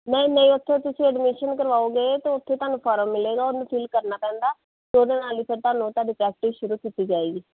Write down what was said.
ਨਹੀਂ ਨਹੀਂ ਉੱਥੇ ਤੁਸੀਂ ਐਡਮਿਸ਼ਨ ਕਰਵਾਓਗੇ ਤਾਂ ਉੱਥੇ ਤੁਹਾਨੂੰ ਫਾਰਮ ਮਿਲੇਗਾ ਉਹਨੂੰ ਫਿਲ ਕਰਨਾ ਪੈਂਦਾ ਅਤੇ ਉਹਦੇ ਨਾਲ ਹੀ ਫਿਰ ਤੁਹਾਨੂੰ ਤੁਹਾਡੀ ਪਰੈਕਟੀਸ ਸ਼ੁਰੂ ਕੀਤੀ ਜਾਏਗੀ